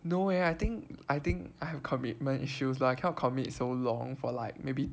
no leh I think I think I have commitment issues lah I can't commit so long for like maybe